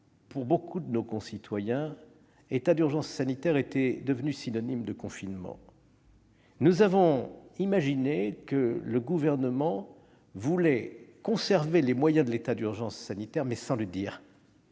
pour beaucoup de nos concitoyens, l'état d'urgence sanitaire était devenu synonyme de confinement. Nous avons imaginé que le Gouvernement voulait conserver les moyens offerts par cet état d'urgence, mais sans le dire,